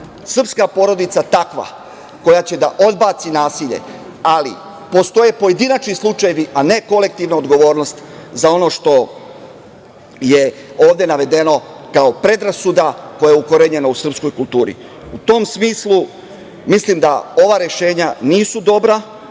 srpska porodica takva, koja će da odbaci nasilje, ali postoje pojedinačni slučajevi, a ne kolektivna odgovornost za ono što je ovde navedeno kao predrasuda, koja je ukorenjena u srpskoj kulturi.U tom smislu, mislim da ova rešenja nisu dobra,